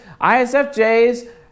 ISFJs